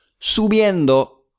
Subiendo